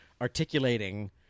articulating